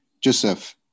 Joseph